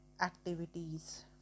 activities